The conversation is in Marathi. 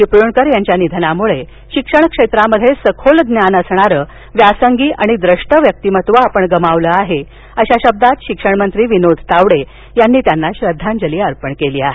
चिपळूणकर यांच्या निधनामुळं शिक्षण क्षेत्रात सखोल ज्ञान असणारं व्यासंगी आणि द्रष्ट व्यक्तिमत्व आपण गमावलं आहे अशा शब्दात शिक्षणमंत्री विनोद तावडे यांनी श्रद्वांजली अर्पण केली आहे